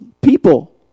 people